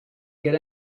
get